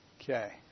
Okay